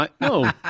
No